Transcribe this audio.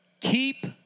keep